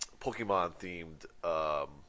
Pokemon-themed